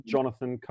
Jonathan